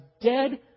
dead